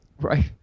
Right